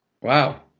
Wow